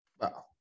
Wow